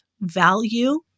value